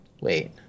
Wait